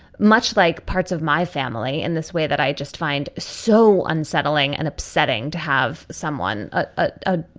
much like parts of my family in this way that i just find so unsettling and upsetting to have someone, a ah ah